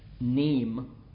name